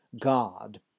God